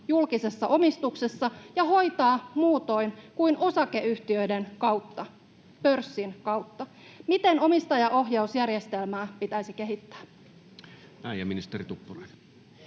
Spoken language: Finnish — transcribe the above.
julkisessa omistuksessa ja hoitaa muutoin kuin osakeyhtiöiden kautta, pörssin kautta? Miten omistajaohjausjärjestelmää pitäisi kehittää? [Speech 439] Speaker: